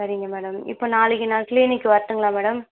சரிங்க மேடம் இப்போ நாளைக்கு நான் க்ளீனிக் வரட்டுங்களா மேடம்